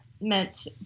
meant